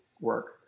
work